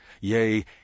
yea